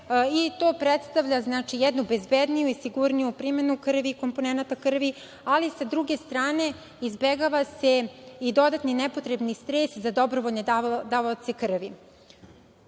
i to predstavlja jednu bezbedniju i sigurniju primenu krvi i komponenata krvi, ali sa druge strane, izbegava se i dodatni nepotrebni stres za dobrovoljne davaoce krvi.